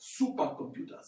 supercomputers